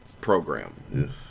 program